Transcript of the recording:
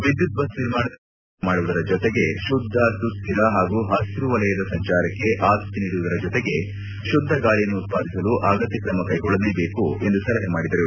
ವಿದ್ಯುತ್ ಬಸ್ ನಿರ್ಮಾಣದಿಂದ ಇಂಗಾಲಾಮ್ಲ ಕಡಿಮೆ ಮಾಡುವುದರ ಜೊತೆಗೆ ಶುದ್ದ ಸುಖ್ಹರ ಹಾಗೂ ಹಸಿರು ವಲಯದ ಸಂಚಾರಕ್ಕೆ ಆದ್ಜತೆ ನೀಡುವುದರ ಜೊತೆಗೆ ಶುದ್ದ ಗಾಳಿಯನ್ನು ಉತ್ಪಾದಿಸಲು ಅಗತ್ಯ ಕ್ರಮ ಕೈಗೊಳ್ಳಬೇಕು ಎಂದು ಸಲಹೆ ಮಾಡಿದರು